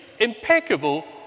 impeccable